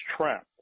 trapped